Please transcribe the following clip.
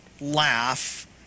laugh